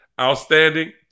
outstanding